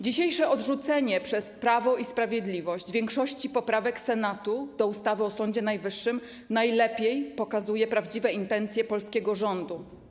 Dzisiejsze odrzucenie przez Prawo i Sprawiedliwość większości poprawek Senatu do ustawy o Sądzie Najwyższym najlepiej pokazuje prawdziwe intencje polskiego rządu.